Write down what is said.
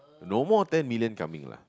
no more ten million coming lah